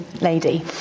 lady